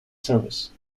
service